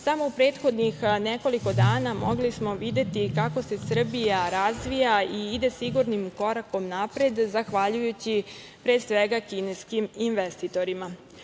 Samo u prethodnih nekoliko dana mogli smo videti kako se Srbija razvija i ide sigurnim korakom napred zahvaljujući pre svega kineskim investitorima. Korak